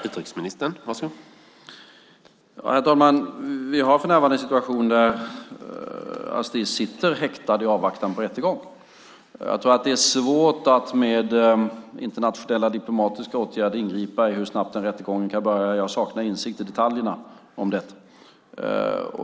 Herr talman! Vi har för närvarande en situation där Astiz sitter häktad i avvaktan på rättegång. Jag tror att det är svårt att med internationella diplomatiska åtgärder ingripa i hur snabbt den rättegången kan börja. Jag saknar insikt i detaljerna om detta.